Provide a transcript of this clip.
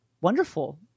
wonderful